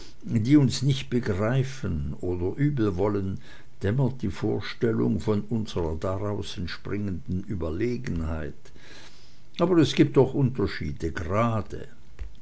die uns nicht begreifen oder übelwollen dämmert die vorstellung von unsrer daraus entspringenden überlegenheit aber es gibt doch unterschiede grade